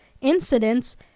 Incidents